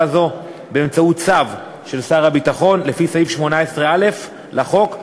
זו באמצעות צו של שר הביטחון לפי סעיף 18(א) לחוק,